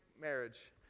marriage